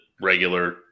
regular –